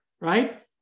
right